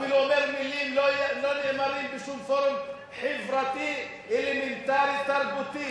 אפילו אומר מלים שלא נאמרות בשום פורום חברתי אלמנטרי תרבותי.